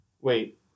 Wait